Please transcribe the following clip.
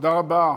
תודה רבה,